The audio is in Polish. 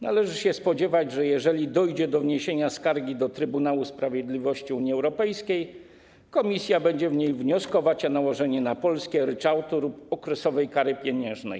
Należy się spodziewać, że jeżeli dojdzie do wniesienia skargi do Trybunału Sprawiedliwości Unii Europejskiej, Komisja będzie w niej wnioskować o nałożenie na Polskę ryczałtu lub okresowej kary pieniężnej.